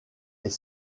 est